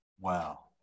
Wow